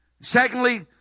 Secondly